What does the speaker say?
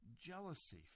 jealousy